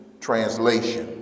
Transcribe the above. Translation